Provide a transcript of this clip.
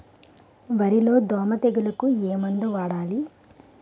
వరిలో దోమ తెగులుకు ఏమందు వాడాలి?